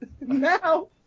Now